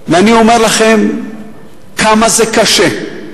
אני אומר לכם כמה זה קשה.